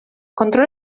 contro